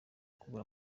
kubura